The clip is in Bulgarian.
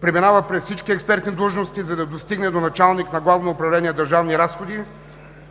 Преминава през всички експертни длъжности, за да достигне до началник на Главно управление „Държавни разходи“